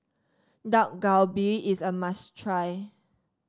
Dak Galbi is a must try